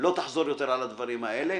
לא תחזור יותר על הדברים האלה.